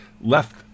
left